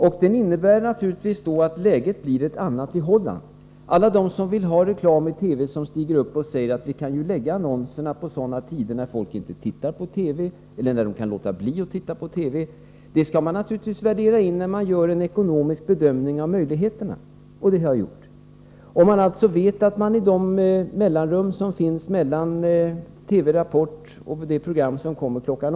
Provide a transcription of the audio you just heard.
Och den innebär naturligtvis då att läget blir ett annat i Holland. De som vill ha reklam i TV stiger upp och säger att vi ju kan lägga annonserna på tider när folk inte tittar TV eller när de kan låta bli att titta på TV. Det skall man naturligtvis värdera in när man gör en ekonomisk bedömning av möjligheterna, och det har jag gjort. Och man vet att i det mellanrum som finns mellan TV:s Rapport och det program som kommer kl.